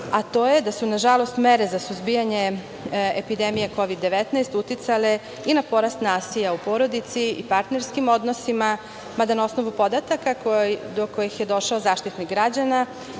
a to je da su nažalost mere za suzbijanje epidemije Kovid 19 uticali i na porast nasilja u porodici i u partnerskim odnosima. Mada na osnovu podatka do kojih je došao Zaštitnik građana